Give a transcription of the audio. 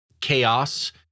chaos